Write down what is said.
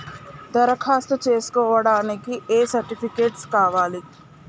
దరఖాస్తు చేస్కోవడానికి ఏ సర్టిఫికేట్స్ కావాలి?